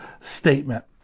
statement